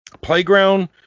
playground